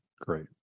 Great